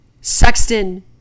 Sexton